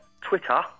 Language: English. Twitter